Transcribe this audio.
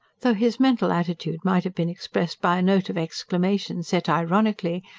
though his mental attitude might have been expressed by a note of exclamation, set ironically,